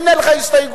הנה לך הסתייגות.